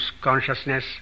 consciousness